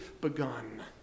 begun